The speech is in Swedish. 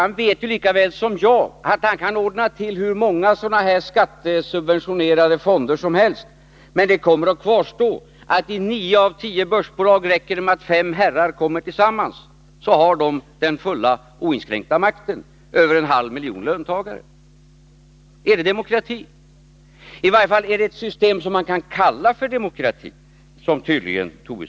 Han vet ju lika väl som jag att man kan ordna till hur många skattesubventionerade fonder som helst, men att faktum kommer att kvarstå: I nio av tio börsbolag räcker det med att fem herrar kommer tillsammans för att de skall ha den fulla och oinskränkta makten över en halv miljon löntagare. Är det demokrati? Tydligen är det i varje fall ett system som man kan kalla för demokrati, som Lars Tobisson gör.